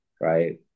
right